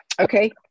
Okay